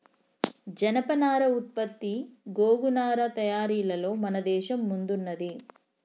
జనపనార ఉత్పత్తి గోగు నారా తయారీలలో మన దేశం ముందున్నది